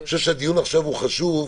אני חושב שהדיון עכשיו חשוב,